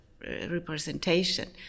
representation